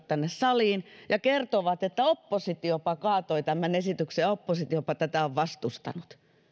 tänne saliin ja kertovat että oppositiopa kaatoi tämän esityksen ja oppositiopa tätä on vastustanut